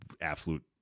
absolute